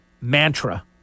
mantra